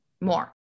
more